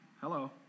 Hello